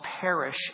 perish